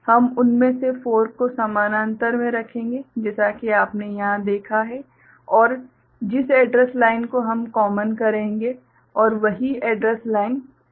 हम उनमें से 4 को समानांतर में रखेंगे जैसा कि आपने यहां देखा है और जिस एड्रेस लाइन को हम कॉमन करेंगे और वही एड्रेस लाइन फीड करेंगे